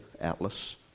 Atlas